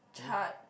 charred